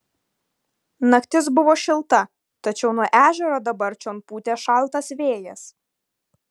naktis buvo šilta tačiau nuo ežero dabar čion pūtė šaltas vėjas